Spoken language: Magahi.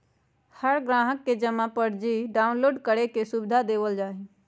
हर ग्राहक के जमा पर्ची डाउनलोड करे के सुविधा देवल जा हई